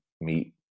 meet